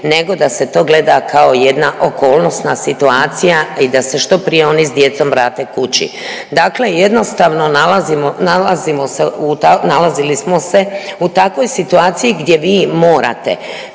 nego da se to gleda kao jedna okolnosna situacija i da se što prije oni s djecom vrate kući. Dakle, jednostavno nalazimo se u, nalazili smo se u takvoj situaciji gdje vi morate